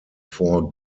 four